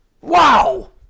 Wow